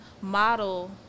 model